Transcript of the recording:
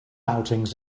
outings